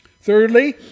Thirdly